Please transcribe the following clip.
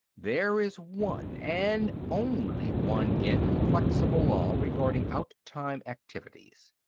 there is one, and only one, inflexible law regarding outtime activities.